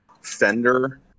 Fender